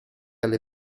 alle